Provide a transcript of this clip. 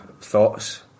thoughts